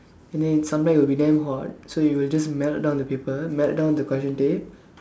and then sometimes will be damn hot so it will just melt down the paper melt down the correction tape